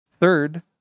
Third